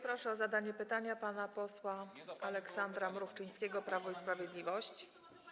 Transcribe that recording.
Proszę o zadanie pytania pana posła Aleksandra Mrówczyńskiego, Prawo i Sprawiedliwość.